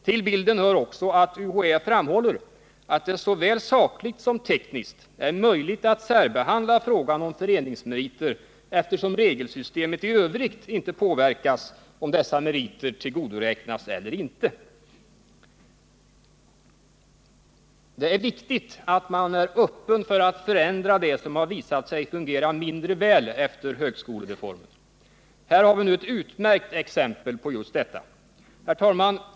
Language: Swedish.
Till bilden hör också att UHÄ framhåller att det såväl sakligt som tekniskt är möjligt att särbehandla frågan om föreningsmeriter, eftersom regelsystemet i övrigt inte påverkas av om dessa meriter tillgodoräknas eller inte. Det är viktigt att man är öppen för att förändra det som har visat sig fungera mindre väl efter högskolereformen. Här har vi nu ett utmärkt exempel på just detta. Herr talman!